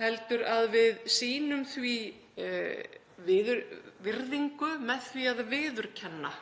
heldur að við sýnum því virðingu með því að viðurkenna